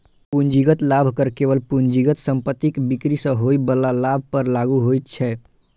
पूंजीगत लाभ कर केवल पूंजीगत संपत्तिक बिक्री सं होइ बला लाभ पर लागू होइ छै